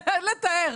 אין לתאר.